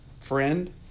friend